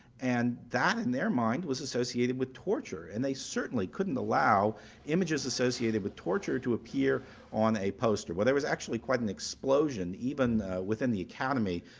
and that in their mind was associated with torture, and they certainly couldn't allow images associated with torture to appear on a poster. well there was actually quite an explosion, even within the academy,